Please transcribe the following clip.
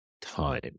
time